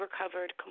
Recovered